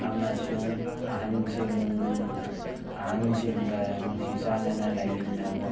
ꯑꯃꯁꯨꯡ ꯑꯍꯟꯁꯤꯡ ꯑꯍꯟꯁꯤꯡꯒ ꯅꯨꯡꯁꯤ ꯆꯥꯟꯅꯅ ꯂꯩꯃꯤꯟꯅꯕ